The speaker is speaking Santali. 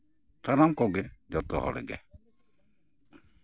ᱥᱟᱱᱟᱢ ᱠᱚᱜᱮ ᱡᱚᱛᱚ ᱦᱚᱲᱜᱮ